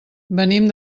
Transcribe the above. venim